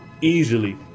easily